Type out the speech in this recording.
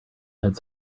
had